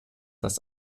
das